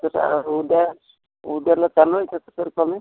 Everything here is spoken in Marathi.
तसं उद्या उद्याला चालू आहे का सर कॉलेज